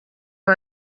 aba